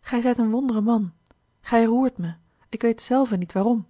gij zijt een wondre man gij roert me ik weet zelve niet waarom